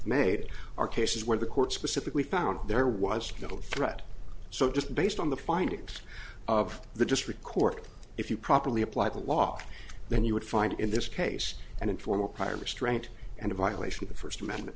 made our cases where the court specifically found there was little threat so just based on the fine it's of the district court if you properly apply the law then you would find in this case an informal prior restraint and a violation of the first amendment